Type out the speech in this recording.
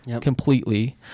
completely